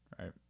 Right